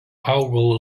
augalo